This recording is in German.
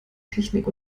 technik